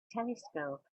telescope